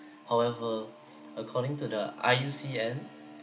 however according to the I_U_C_N